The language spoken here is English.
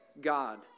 God